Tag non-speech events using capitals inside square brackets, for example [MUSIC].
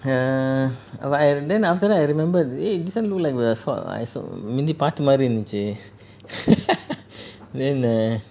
err but I then after that I remembered eh this one look like the sort I sort முந்தி பார்த்த மாதிரி இருந்த்துச்சு:munthi paartha maathiri irunthuchu [LAUGHS] then err